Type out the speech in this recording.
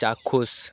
চাক্ষুষ